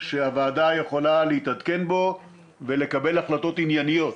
שהוועדה יכולה להתעדכן בו ולקבל החלטות ענייניות?